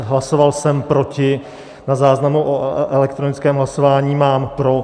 Hlasoval jsem proti, na záznamu o elektronickém hlasování mám pro.